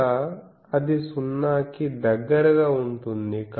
ఇక్కడ అది సున్నాకి దగ్గరగా ఉంటుంది